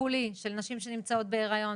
טיפולי של נשים שנמצאות בהיריון,